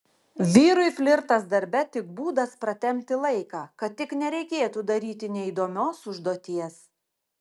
vyrui flirtas darbe tik būdas pratempti laiką kad tik nereikėtų daryti neįdomios užduoties